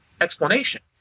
explanation